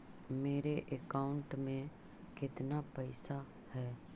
मेरे अकाउंट में केतना पैसा है?